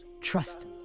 Trust